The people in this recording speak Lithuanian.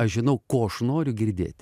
aš žinau ko aš noriu girdėti